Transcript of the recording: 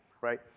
right